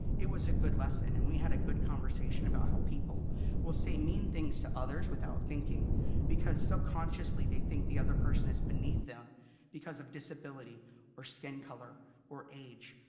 it was a good lesson and we had a good conversation about how people will say mean things to others without thinking because subconsciously they think the other person is beneath them because of disability or skin color, or age,